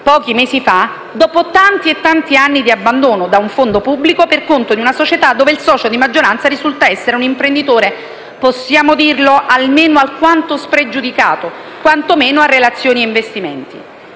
pochi mesi fa, dopo tanti anni di abbandono, da un fondo pubblico per conto di una società il cui socio di maggioranza risulta essere un imprenditore - possiamo dirlo - alquanto spregiudicato, quantomeno per relazioni e investimenti.